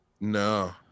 No